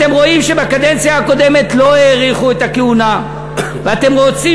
ואתם רואים שבקדנציה הקודמת לא האריכו את הכהונה ואתם רוצים